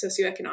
socioeconomic